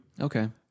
Okay